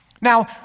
Now